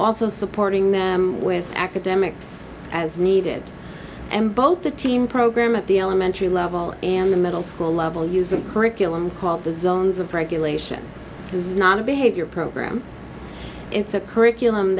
also supporting them with academics as needed and both the team program at the elementary level and the middle school level using curriculum called the zones of regulation this is not a behavior program it's a curriculum